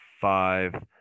five